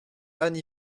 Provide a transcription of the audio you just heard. anne